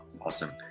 Awesome